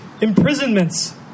Imprisonments